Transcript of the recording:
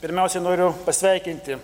pirmiausiai noriu pasveikinti